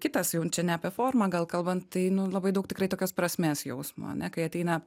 kitas jau čia ne apie formą gal kalban tai nu labai daug tikrai tokios prasmės jausmo ane kai ateina